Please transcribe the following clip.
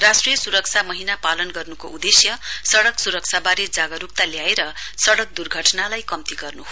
राष्ट्रिय सुरक्षा महीना पालन गर्नुको उदेश्य सड़क सुरक्षावारे जागरुकता ल्याएर सड़क दुर्घटनालाई कम्ती गर्न् हो